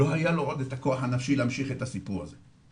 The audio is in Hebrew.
לא היה לו עוד את הכוח הנפשי להמשיך את הסיפור הזה.